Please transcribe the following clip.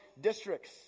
districts